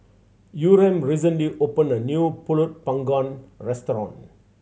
Yurem recently opened a new Pulut Panggang restaurant